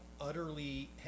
utterly